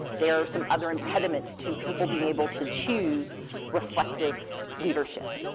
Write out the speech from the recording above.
there are some other impediments to people being able to choose reflective leadership.